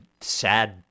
sad